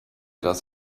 das